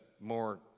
more